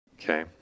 Okay